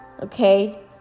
Okay